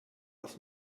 have